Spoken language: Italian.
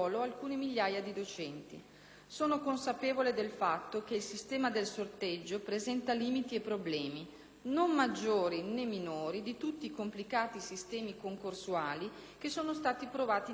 Sono consapevole del fatto che il sistema del sorteggio presenta limiti e problemi, non maggiori né minori di tutti i complicati sistemi concorsuali che sono stati provati in Italia negli ultimi decenni.